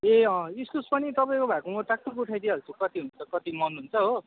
ए अँ इस्कुस पनि तपाईँमा भएको म टाकटुक उठाइ दिइहाल्छु कति हुन्छ कति मन हुन्छ हो